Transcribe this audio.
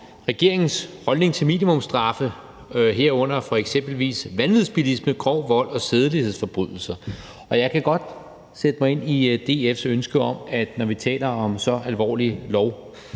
regeringens holdning til minimumsstraffe, herunder eksempelvis vanvidsbilisme, grov vold og sædelighedsforbrydelser. Og jeg kan godt sætte mig ind i DF's ønske om, at det skal straffes, når vi taler om så alvorlige